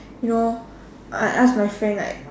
you know I ask my friend right